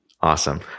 awesome